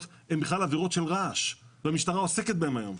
הן בכלל עבירות של רעש והמשטרה עוסקת בהן היום.